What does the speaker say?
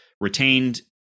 retained